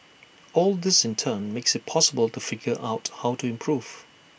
all this in turn makes IT possible to figure out how to improve